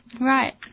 right